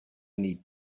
need